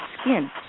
skin